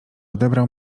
odebrał